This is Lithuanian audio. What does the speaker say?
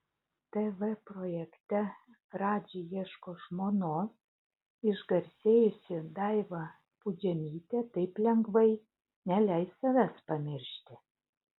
tv projekte radži ieško žmonos išgarsėjusi daiva pudžemytė taip lengvai neleis savęs pamiršti